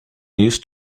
used